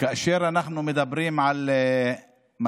כאשר אנחנו מדברים על מצב